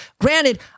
Granted